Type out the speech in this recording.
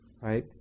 right